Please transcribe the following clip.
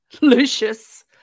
Lucius